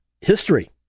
history